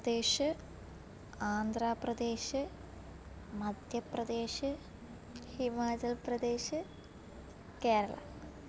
Uttar Pradesh Andhra Pradesh Madhya Pradesh Himachal Pradesh Keralam